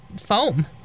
foam